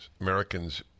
Americans